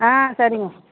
ஆ சரிங்க